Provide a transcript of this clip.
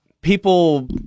people